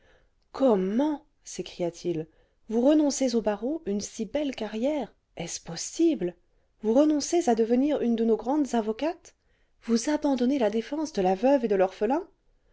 comment s'écria-t-il vous renoncez an barreau une si belle carrière est-ce possible vous renoncez à devenir une de nos grandes avocates vous abandonnez la défense de la veuve et de l'orphelin